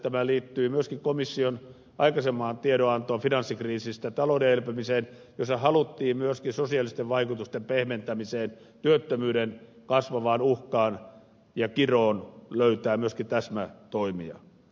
tämä liittyy myöskin komission aikaisempaan tiedonantoon talouden elpymisestä finanssikriisistä jossa haluttiin myöskin sosiaalisten vaikutusten pehmentämiseen työttömyyden kasvavaan uhkaan ja kiroon löytää täsmätoimia